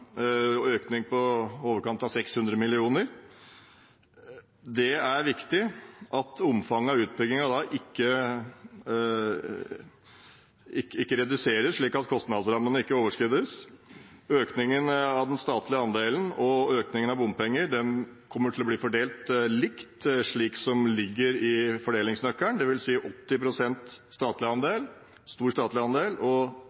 økning på i overkant av 600 mill. kr. Det er viktig at omfanget av utbyggingen reduseres, slik at kostnadsrammene ikke overskrides. Økningen av den statlige andelen og økningen av bompenger kommer til å bli fordelt slik som det ligger i fordelingsnøkkelen, dvs. ca. 80 pst. statlig andel, stor statlig andel, og